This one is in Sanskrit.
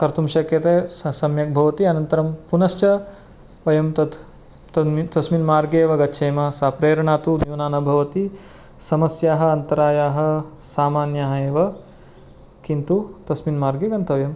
कर्तुं शक्यते सम्यक् भवति अनन्तरं पुनश्च वयं तत् तस्मिन् मार्गे एव गच्छेम सा प्रेरणा तु न्यूना न भवति समस्याः अन्तरायाः सामान्याः एव किन्तु तस्मिन् मार्गे गन्तव्यम्